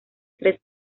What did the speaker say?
tres